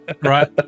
right